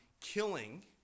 killing